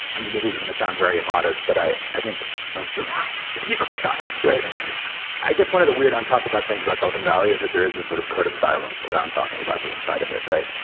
i mean this is going to sound very immodest, but i i think most of to be quite honest, i guess one of the weird on talked about things about silicon valley is that there is this sort of code of silence around talking about the inside of it, right?